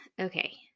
okay